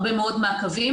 הרבה מאוד מעקבים,